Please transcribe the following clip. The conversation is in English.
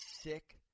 sick